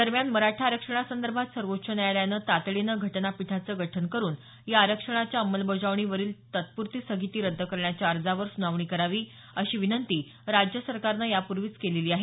दरम्यान मराठा आरक्षणासंदर्भात सर्वोच्च न्यायालयानं तातडीनं घटनापीठाचे गठन करून या आरक्षणाच्या अंमलबजावणीवरील तात्प्रती स्थगिती रद्द करण्याच्या अर्जावर स्नावणी करावी अशी विनंती राज्य सरकारनं यापूर्वीच केलेली आहे